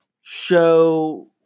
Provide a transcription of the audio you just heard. show